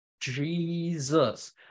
Jesus